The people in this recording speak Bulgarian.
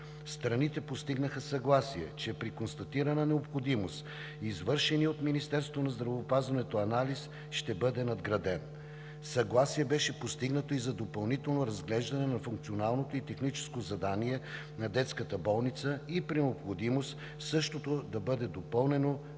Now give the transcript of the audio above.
Страните постигнаха съгласие, че при констатирана необходимост извършеният от Министерството на здравеопазването анализ ще бъде надграден. Съгласие беше постигнато и за допълнително разглеждане на функционалното и техническо задание на детската болница и при необходимост същото да бъде допълнено,